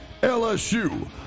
LSU